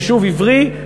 יישוב עברי,